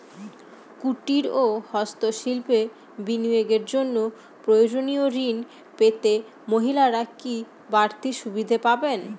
কুটীর ও হস্ত শিল্পে বিনিয়োগের জন্য প্রয়োজনীয় ঋণ পেতে মহিলারা কি বাড়তি সুবিধে পাবেন?